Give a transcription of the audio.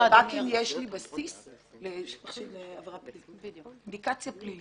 לא, רק אם יש לי אינדיקציה פלילית.